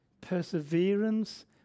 perseverance